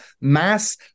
mass